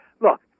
Look